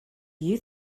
you